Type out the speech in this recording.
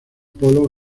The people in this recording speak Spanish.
polo